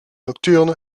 nocturne